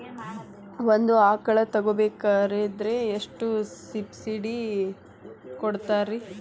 ಒಂದು ಆಕಳ ತಗೋಬೇಕಾದ್ರೆ ಎಷ್ಟು ಸಬ್ಸಿಡಿ ಕೊಡ್ತಾರ್?